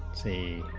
c